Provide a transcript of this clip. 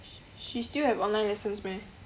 sh~ she still have online lessons meh